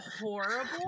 horrible